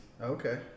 Okay